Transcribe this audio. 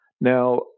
Now